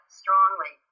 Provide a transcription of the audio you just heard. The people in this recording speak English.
strongly